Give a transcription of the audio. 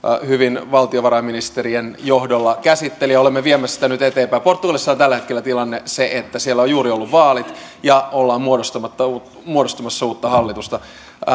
hyvin valtiovarainministerien johdolla käsitteli ja olemme viemässä sitä nyt eteenpäin portugalissa on tällä hetkellä tilanne se että siellä on juuri ollut vaalit ja ollaan muodostamassa uutta hallitusta